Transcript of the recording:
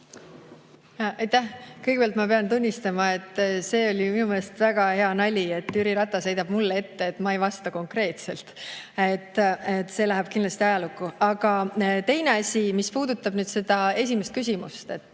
Kõigepealt, ma pean tunnistama, et see oli minu meelest väga hea nali, et Jüri Ratas heidab mulle ette, et ma ei vasta konkreetselt. See läheb kindlasti ajalukku. Aga teine asi, mis puudutab nüüd seda esimest küsimust: